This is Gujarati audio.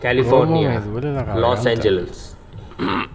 California Los angels